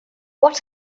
what